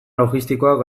logistikoak